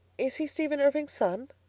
is he stephen irving's son?